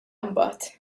mbagħad